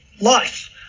life